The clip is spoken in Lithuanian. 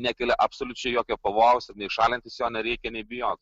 nekelia absoliučiai jokio pavojaus ir nei šalintis jo reikia nei bijot